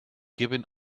given